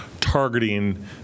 targeting